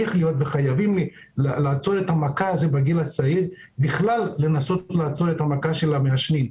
שצריך לעצור את המכה הזאת בגיל הצעיר ואת המכה של המעשנים בכלל,